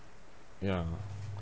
ya